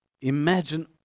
Imagine